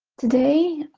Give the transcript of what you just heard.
today,